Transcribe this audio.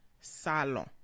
Salon